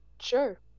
Sure